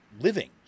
living